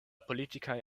politikaj